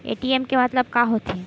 ATM के मतलब का होथे?